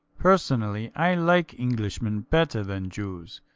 personally, i like englishmen better than jews,